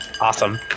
Awesome